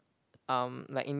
um like in